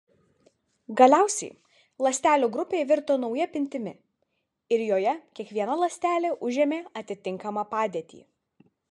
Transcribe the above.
galiausiai ląstelių grupė virto nauja pintimi ir joje kiekviena ląstelė užėmė atitinkamą padėtį